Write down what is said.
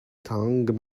tongue